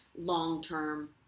long-term